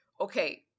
Okay